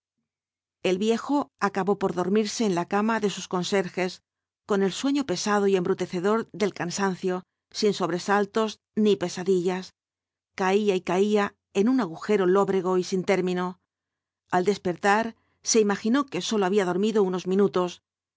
el viejo acabó por dormirse en la cama de sus conserjes con el sueño pesado y embrutecedor del cansancio sin sobresaltos ni pesadillas caía y caía en un agujero lóbrego y sin término al despertar se imaginó que sólo había dormido unos minutos